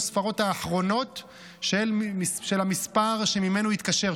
הספרות האחרונות של המספר שממנו התקשר,